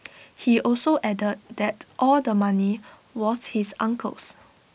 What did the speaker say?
he also added that all the money was his uncle's